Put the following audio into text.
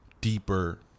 deeper